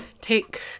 Take